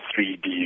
3D